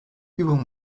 übung